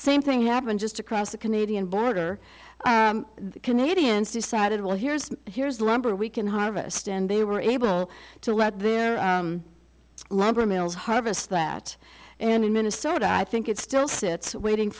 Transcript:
same thing happened just across the canadian border the canadians decided well here's here's the lumber we can harvest and they were able to let their lab or mills harvest that and in minnesota i think it still sits waiting